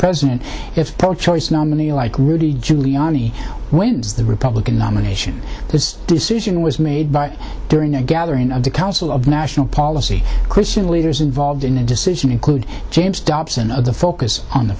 president if pro choice nominee like rudy giuliani wins the republican nomination because decision was made but during a gathering of the council of national policy christian leaders involved in a decision include james dobson of the focus on the